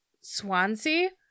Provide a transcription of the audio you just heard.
Swansea